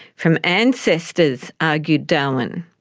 from ancestors, argued darwin.